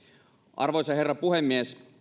arvoisa herra puhemies